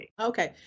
Okay